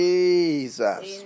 Jesus